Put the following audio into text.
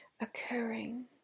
occurring